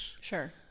Sure